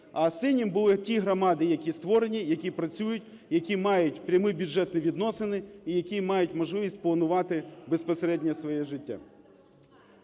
А синім були ті громади, які створені, які працюють, які мають прямі бюджетні відносини і які мають можливість планувати безпосередньо своє життя.